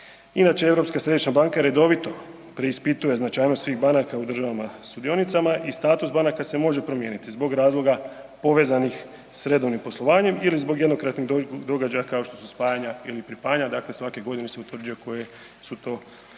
Inače, Europska središnja banka redovito preispituje značajnost svih banaka u državama sudionicama i status banaka se može promijeniti zbog razloga povezanih s redovnim poslovanjem ili zbog jednokratnih događaja kao što su spajanja ili pripajanja, dakle svake godine se utvrđuje koje su to banke